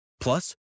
Plus